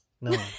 No